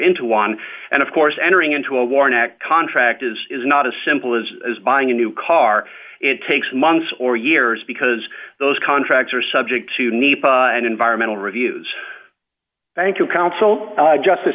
into one and of course entering into a war next contract is not as simple as as buying a new car it takes months or years because those contracts are subject to need and environmental reviews thank you counsel i jus